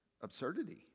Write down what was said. absurdity